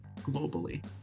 globally